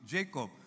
Jacob